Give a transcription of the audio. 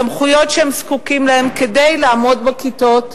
סמכויות שהם זקוקים להן כדי לעמוד בכיתות,